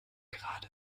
gerade